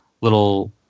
little